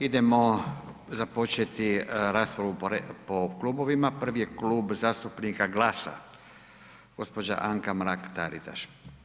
Idemo započeti raspravu po klubovima, prvi je Klub zastupnika GLAS-a, gđa. Anka Mrak Taritaš.